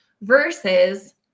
versus